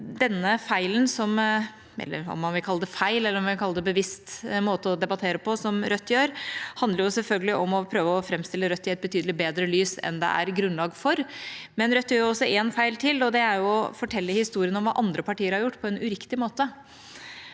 denne feilen – om man vil kalle det feil, eller om man vil kalle det en bevisst måte å debattere på – som Rødt gjør, handler selvfølgelig om å prøve å framstille Rødt i et betydelig bedre lys enn det er grunnlag for. Men Rødt gjør en feil til, og det er å fortelle historien om hva andre partier har gjort, på en uriktig måte.